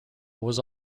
was